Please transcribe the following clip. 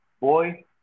Boy